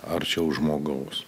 arčiau žmogaus